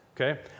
Okay